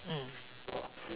mm